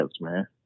man